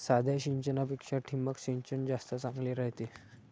साध्या सिंचनापेक्षा ठिबक सिंचन जास्त चांगले रायते